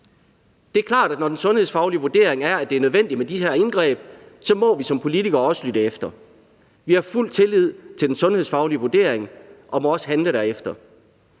Det er klart, at når den sundhedsfaglige vurdering er, at det er nødvendigt med de her indgreb, må vi som politikere også lytte efter. Vi har fuld tillid til den sundhedsfaglige vurdering og må også handle derefter.